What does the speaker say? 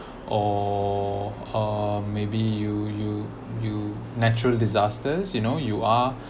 or uh maybe you you you natural disasters you know you are